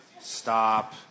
Stop